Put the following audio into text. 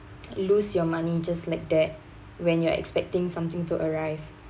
lose your money just like that when you're expecting something to arrive